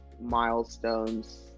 milestones